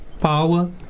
power